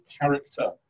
character